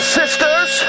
sisters